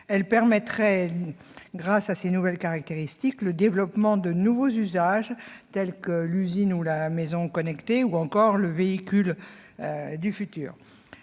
Elle permettrait, grâce à ses nouvelles caractéristiques, le développement de nouveaux usages, tels que l'usine ou la maison connectée, ou encore le véhicule du futur.